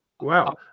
Wow